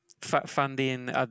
Funding